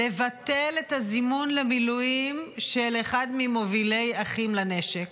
לבטל את הזימון למילואים של אחד ממובילי אחים לנשק.